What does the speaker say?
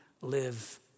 live